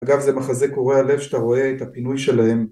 אגב זה מחזה קורע לב שאתה רואה את הפינוי שלהם